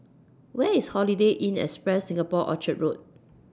Where IS Holiday Inn Express Singapore Orchard Road